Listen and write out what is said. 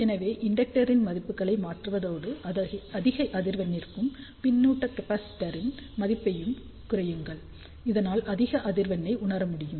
எனவே இண்டெக்டரின் மதிப்புகளை மாற்றுவதோடு அதிக அதிர்வெண்ணிற்கும் பின்னூட்ட கேப்பாசிட்டரின் மதிப்பையும் குறையுங்கள் இதனால் அதிக அதிர்வெண்ணை உணர முடியும்